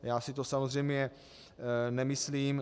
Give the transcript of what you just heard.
Já si to samozřejmě nemyslím.